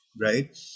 right